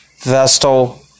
Vestal